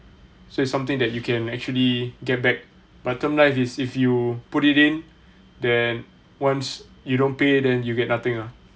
so it's something that you can actually get back but term life is if you put it in then once you don't pay then you get nothing ah